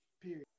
Period